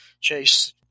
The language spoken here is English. chase